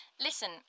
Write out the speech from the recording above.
Listen